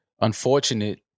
unfortunate